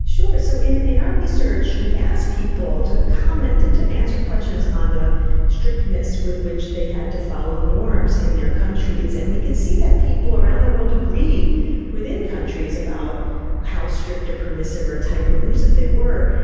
sure. so in in our research we asked people to comment and to answer questions on the strictness with which they had to follow norms in their countries, and we could see that people around the world agreed within countries about how strict or permissive or tight or loose that they were.